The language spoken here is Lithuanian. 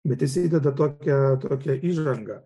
bet jis įdeda tokią tokią įžangą